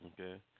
Okay